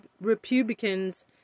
Republicans